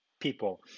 people